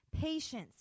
patience